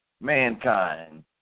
mankind